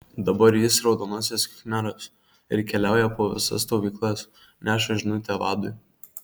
dabar jis raudonasis khmeras ir keliauja po visas stovyklas neša žinutę vadui